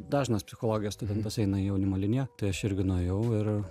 dažnas psichologijos studentas eina jaunimo linija tai aš irgi nuėjau ir